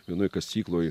vienoj kasykloj